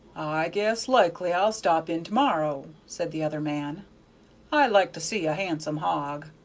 i guess likely i ll stop in to-morrow, said the other man i like to see a han'some hog.